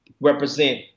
represent